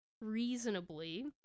reasonably